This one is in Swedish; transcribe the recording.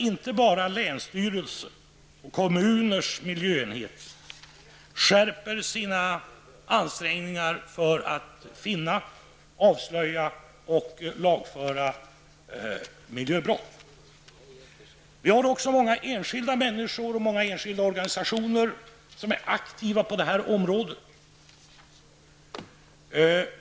Inte bara länsstyrelsers och kommuners miljöenheter skärper sina ansträngningar för att avslöja miljöbrott och lagföra miljöbrottslingar. Också många enskilda människor och organisationer är aktiva på det här området.